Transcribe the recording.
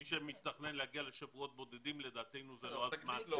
מי שמתכנן להגיע לשבועות בודדים לדעתנו זה לא הזמן.